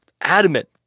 adamant